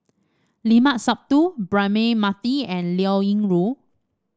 Limat Sabtu Braema Mathi and Liao Yingru